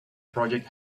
project